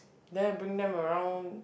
then I bring them around